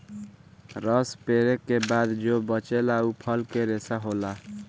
रस पेरे के बाद जो बचेला उ फल के रेशा होला